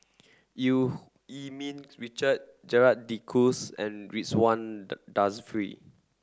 Eu Yee Ming Richard Gerald De Cruz and Ridzwan Dzafir